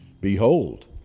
Behold